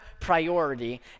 priority